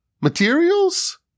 materials